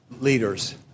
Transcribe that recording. leaders